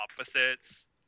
opposites